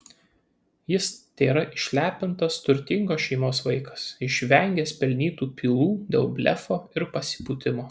jis tėra išlepintas turtingos šeimos vaikas išvengęs pelnytų pylų dėl blefo ir pasipūtimo